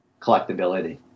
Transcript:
collectability